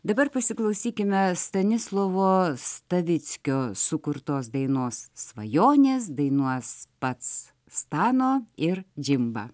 dabar pasiklausykime stanislovo stavickio sukurtos dainos svajonės dainuos pats stano ir džimba